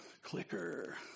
Clicker